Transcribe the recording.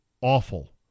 awful